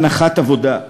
הנחת עבודה,